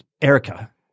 Erica